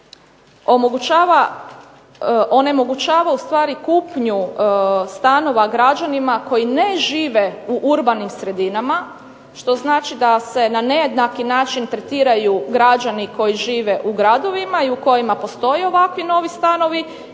onemogućava ustvari kupnju stanova građanima koji ne žive u urbanim sredinama. Što znači da se na nejednaki način tretiraju građani koji žive u gradovima i u kojima postoje ovakvi novi stanovi